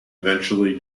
eventually